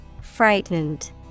Frightened